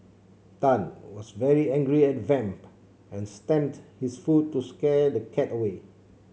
Tan was very angry at Vamp and stamped his foot to scare the cat away